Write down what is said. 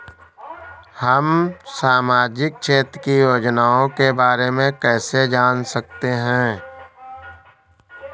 हम सामाजिक क्षेत्र की योजनाओं के बारे में कैसे जान सकते हैं?